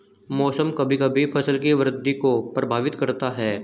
मौसम कभी कभी फसल की वृद्धि को प्रभावित करता है